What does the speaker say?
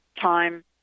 time